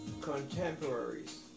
Contemporaries